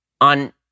on